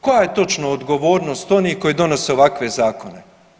Koja je točno odgovornost onih koji donose ovakve zakone?